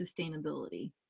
sustainability